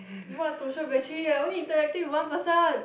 what social battery i only interacting with one person